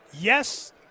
Yes